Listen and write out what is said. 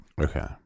Okay